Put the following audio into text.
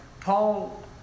Paul